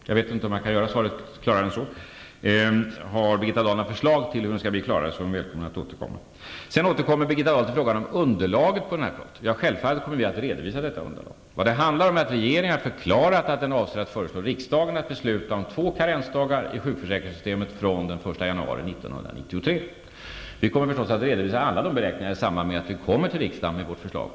Jag vet inte om jag kan göra svaret klarare än så. Om Birgitta Dahl har några förslag till hur svaret skall bli klarare är hon välkommen att ge dem. Sedan återkommer Birgitta Dahl till frågan om underlaget på den här punkten. Självfallet kommer vi att redovisa detta underlag. Vad det handlar om är att regeringen har förklarat att den avser att föreslå riksdagen att besluta om två karensdagar i sjukförsäkringssystemet från den 1 januari 1993. Vi kommer naturligtvis att redovisa alla beräkningar i samband med att vi kommer till riksdagen med vårt förslag.